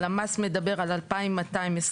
הלמ"ס מדבר על 2,222,